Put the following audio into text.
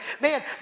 man